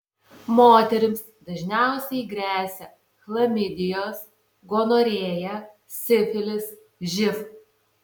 moterims dažniausiai gresia chlamidijos gonorėja sifilis živ